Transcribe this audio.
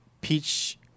peach